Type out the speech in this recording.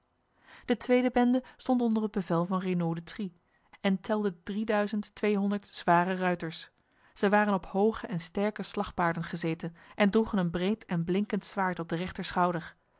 de tweede bende stond onder het bevel van renauld de trie en telde drieduizend tweehonderd zware ruiters zij waren op hoge en sterke slagpaarden gezeten en droegen een breed en blinkend zwaard op de